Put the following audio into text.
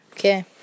Okay